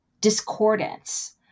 discordance